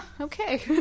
okay